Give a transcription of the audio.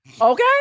Okay